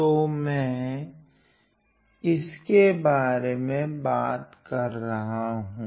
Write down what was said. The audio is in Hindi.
तो मैं इसके बारे में बात कर रहा हूँ